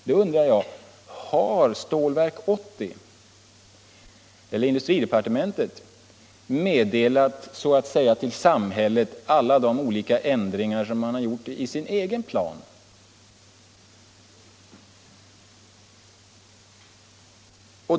Då undrar jag: Har Stålverk 80 eller industridepartementet meddelat så att säga till samhället alla de olika ändringar som man har gjort i sin egen plan?